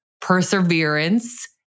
perseverance